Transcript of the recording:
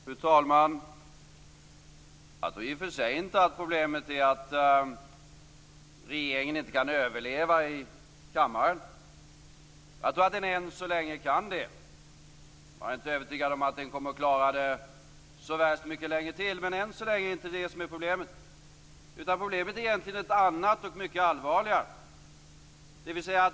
Fru talman! Jag tror i och för sig inte att problemet är att regeringen inte kan överleva i kammaren. Jag tror att den än så länge kan det. Jag är inte övertygad om att den kommer att klara det så värst mycket längre till, men än så länge är det inte det som är problemet. Problemet är egentligen ett annat och mycket allvarligare.